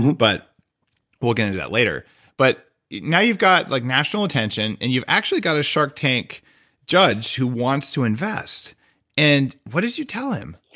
but we'll get into that later but now you've got like national attention and you've actually got a shark tank judge who wants to invest and what did you tell him?